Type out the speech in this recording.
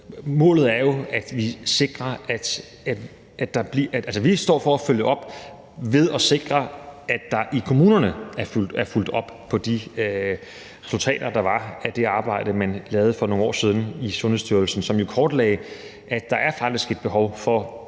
Målet er jo, at vi sikrer den rette visitation. Vi står for at følge op ved at sikre, at der i kommunerne er fulgt op på de resultater, der var af det arbejde, man lavede for nogle år siden i Sundhedsstyrelsen, som jo kortlagde, at der faktisk er et behov for